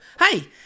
Hey